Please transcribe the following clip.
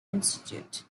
institute